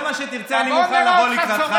בכל מה שתרצה אני מוכן לבוא לקראתך.